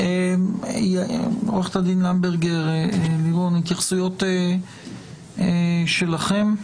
עו"ד למברגר, לירון, התייחסויות שלכם?